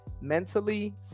mentally